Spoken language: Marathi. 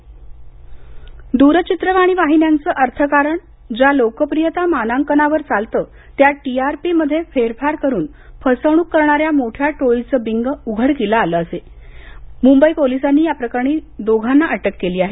टीआरपी द्रचित्रवाणी वाहिन्यांचं अर्थकारण ज्या लोकप्रियता मानांकनावर चालतं त्या टी आर पी मध्ये फेरफार करून फसवणूक करणाऱ्या मोठ्या टोळीचं बिंग उघडकीला आलं असून मुंबई पोलिसांनी या प्रकरणी दोघांना अटक केली आहे